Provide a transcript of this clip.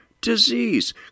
disease